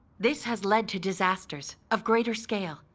this has led to disasters of greater scale,